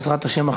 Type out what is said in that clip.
בעזרת השם,